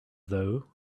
though